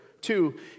Two